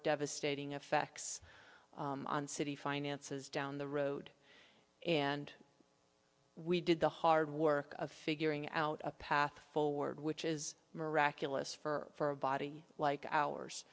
devastating effects on city finances down the road and we did the hard work of figuring out a path forward which is miraculous for a body like ours